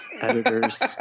editors